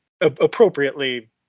appropriately